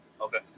okay